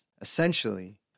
Essentially